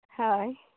ᱦᱳᱭ